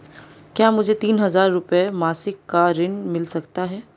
क्या मुझे तीन हज़ार रूपये मासिक का ऋण मिल सकता है?